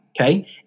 Okay